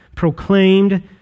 proclaimed